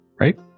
right